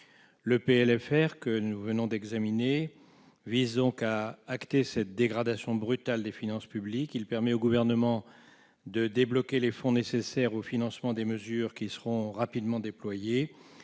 que nous venons d'examiner vise à acter cette dégradation brutale des finances publiques. Il permet au Gouvernement de débloquer les fonds nécessaires au financement des mesures qui seront rapidement déployées,